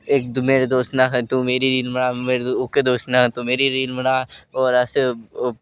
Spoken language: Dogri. इक दुए गी आखदे तू मिरी रील बना ते दुए ने आखना तू मेरी रील बना और अस